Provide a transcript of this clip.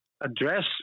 address